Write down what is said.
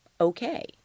okay